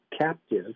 captive